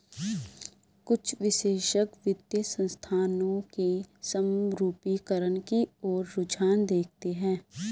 कुछ विशेषज्ञ वित्तीय संस्थानों के समरूपीकरण की ओर रुझान देखते हैं